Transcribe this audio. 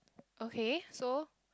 okay so